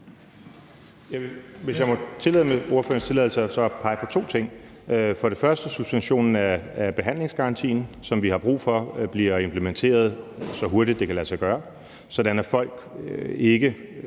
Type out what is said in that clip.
(DF): Jeg vil med ordførerens tilladelse pege på to ting. Først er der suspensionen af behandlingsgarantien, som vi har brug for bliver implementeret, så hurtigt det kan lade sig gøre, sådan at folk ikke